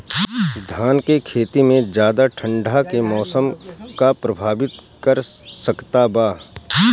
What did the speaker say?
धान के खेती में ज्यादा ठंडा के मौसम का प्रभावित कर सकता बा?